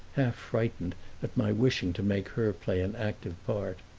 half-frightened at my wishing to make her play an active part.